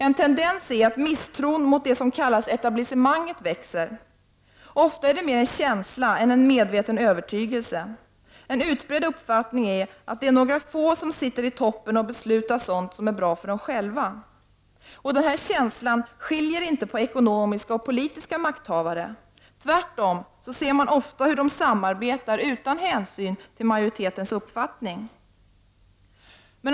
En tendens är att misstron mot det som kallas etablissemanget växer. Ofta är det mer en känsla än en medveten övertygelse. En utbredd uppfattning är att det är några få som sitter i toppen och beslutar sådant som är bra för dem själva. Denna känsla skiljer inte på ekonomiska och politiska makthavare. Tvärtom ser man ofta hur dessa makthavare samarbetar utan hänsyn till majoritetens uppfattning.